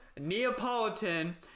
Neapolitan